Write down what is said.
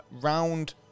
round